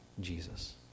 Jesus